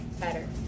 better